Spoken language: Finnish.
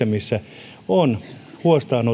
missä on huostaan